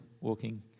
walking